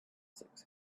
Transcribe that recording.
six